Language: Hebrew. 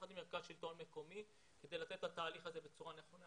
יחד עם המרכז לשלטון מקומי כדי לתת את התהליך הזה בצורה נכונה.